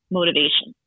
motivation